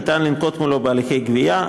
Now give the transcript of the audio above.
ניתן לנקוט מולו הליכי גבייה.